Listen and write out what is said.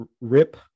rip